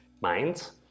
Minds